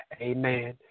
Amen